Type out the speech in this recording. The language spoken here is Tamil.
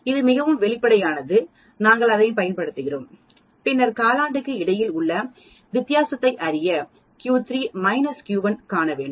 இது மிகவும் வெளிப்படையானது நாங்கள் அதைப் பயன்படுத்துகிறோம் பின்னர் காலாண்டுக்கு இடையில் உள்ள வித்தியாசத்தை அறிய Q3 Q1 காண வேண்டும்